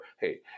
hey